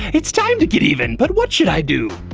it's time to get even, but what should i do?